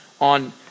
on